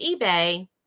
eBay